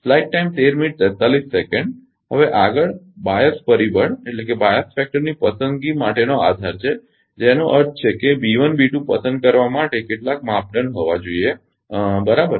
હવે આગળ બાઅસ પરિબળબાયસ ફેકટરની પસંદગી માટેનો આધાર છે જેનો અર્થ છે કે પસંદ કરવા માટે કેટલાક માપદંડ હોવા જોઈએ બરાબર